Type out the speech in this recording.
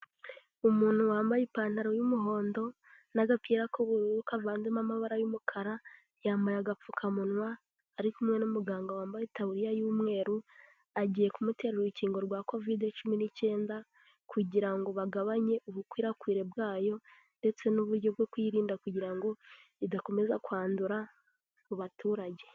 Umuntu wambaye ipantaro y'umuhondo n'agapira k'ubururu kavanzemo amabara y'umukara, yambaye agapfukamunwa ari kumwe n'umuganga wambaye taburiya y'umweru, agiye kumutera urukingo rwa Covid cumi n'icyenda kugira ngo bagabanye ubukwirakwire bwayo ndetse n'uburyo bwo kuyirinda kugira ngo idakomeza kwandura mu baturage.